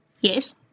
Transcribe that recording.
Yes